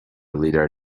leader